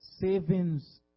savings